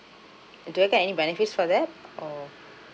do I get any benefits for that or